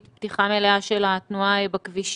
פתיחה מלאה של התנועה בכבישים,